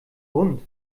bunt